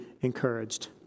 encouraged